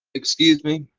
excuse me,